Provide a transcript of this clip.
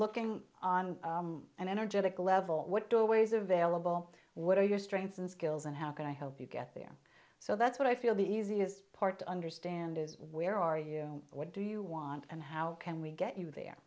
looking on an energetic level what do always available what are your strengths and skills and how can i help you get there so that's what i feel the easiest part to understand is where are you what do you want and how can we get you there